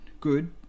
good